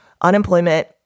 unemployment